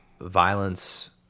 violence